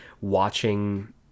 Watching